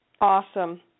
Awesome